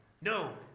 No